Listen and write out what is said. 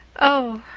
oh,